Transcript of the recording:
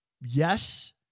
yes